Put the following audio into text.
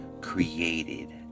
created